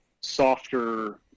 softer